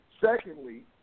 Secondly